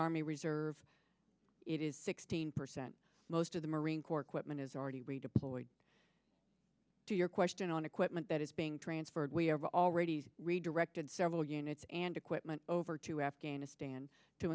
army reserve it is sixteen percent most of the marine corps equipment is already redeployed to your question on equipment that is being transferred we have already redirected several units and equipment over to afghanistan to